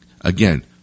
again